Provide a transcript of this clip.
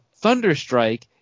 Thunderstrike